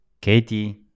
Katie